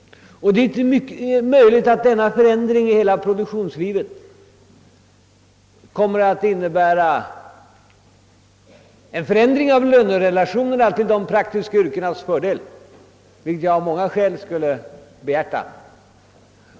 Det är mycket möjligt att denna förändring i hela produktionslivet kommer att innebära en förskjutning av lönerelationerna till fördel för de praktiska yrkena, vilket jag av många skäl skulle behjärta.